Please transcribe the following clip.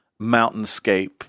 mountainscape